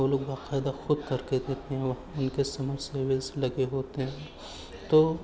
وہ لوگ باقاعدہ خود کرکے دیتے ہیں وہاں ان کے سمرسیولس لگے ہوتے ہیں تو